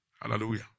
Hallelujah